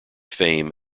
fame